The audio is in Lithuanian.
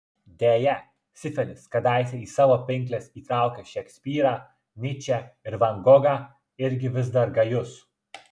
deja sifilis kadaise į savo pinkles įtraukęs šekspyrą nyčę ir van gogą irgi vis dar gajus